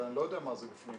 אני לא יודע מה זה בפנים,